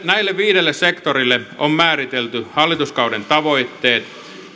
näille viidelle sektorille on määritelty hallituskauden tavoitteet